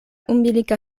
umbilika